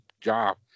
job